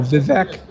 Vivek